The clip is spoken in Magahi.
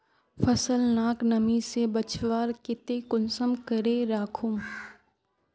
फसल लाक नमी से बचवार केते कुंसम करे राखुम?